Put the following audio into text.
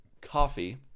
Coffee